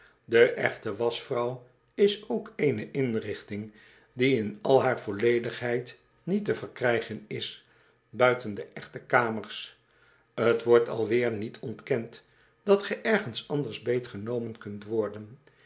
de echte wasch vrouw is ook eene inrichting die in al haar volledigheid niet te verkrijgen is buiten de echte kamers t wordt alweer niet ontkend dat ge ergens anders beetgenomen kunt worden